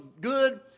good